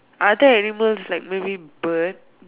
other animals like maybe bird